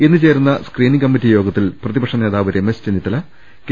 ഇന്ന് ചേരുന്ന screening committee യോഗത്തിൽ പ്രതി പക്ഷ നേതാവ് രമേശ് ചെന്നിത്തല കെ